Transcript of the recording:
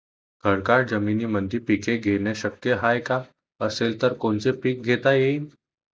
खडकाळ जमीनीमंदी पिके घेणे शक्य हाये का? असेल तर कोनचे पीक घेता येईन?